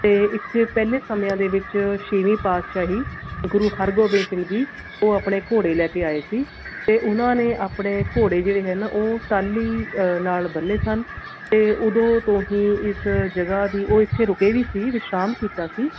ਅਤੇ ਇੱਥੇ ਪਹਿਲੇ ਸਮਿਆਂ ਦੇ ਵਿੱਚ ਛੇਵੀਂ ਪਾਤਸ਼ਾਹੀ ਗੁਰੂ ਹਰਗੋਬਿੰਦ ਸਿੰਘ ਜੀ ਉਹ ਆਪਣੇ ਘੋੜੇ ਲੈ ਕੇ ਆਏ ਸੀ ਅਤੇ ਉਹਨਾਂ ਨੇ ਆਪਣੇ ਘੋੜੇ ਜਿਹੜੇ ਹੈ ਨਾ ਉਹ ਟਾਹਲੀ ਨਾਲ ਬੰਨੇ ਸਨ ਅਤੇ ਉਦੋਂ ਤੋਂ ਹੀ ਇਸ ਜਗ੍ਹਾ ਦੀ ਉਹ ਇੱਥੇ ਰੁਕੇ ਵੀ ਸੀ ਵਿਸ਼ਰਾਮ ਕੀਤਾ ਸੀ